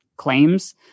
claims